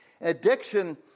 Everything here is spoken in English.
Addiction